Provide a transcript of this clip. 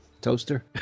toaster